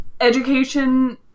education